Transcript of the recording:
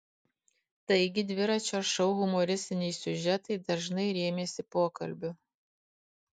taigi dviračio šou humoristiniai siužetai dažnai rėmėsi pokalbiu